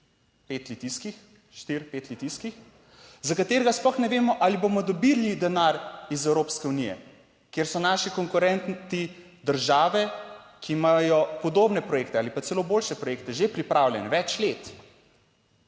pet litijskih, štiri, pet litijskih, za katerega sploh ne vemo ali bomo dobili denar iz Evropske unije, kjer so naši konkurenti države, ki imajo podobne projekte ali pa celo boljše projekte že pripravljene več let.